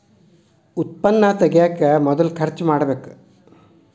ಉತ್ಪನ್ನಾ ತಗಿಯಾಕ ಮೊದಲ ಖರ್ಚು ಮಾಡಬೇಕ